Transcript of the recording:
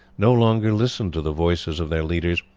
no longer listened to the voices of their leaders,